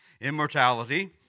immortality